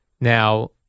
Now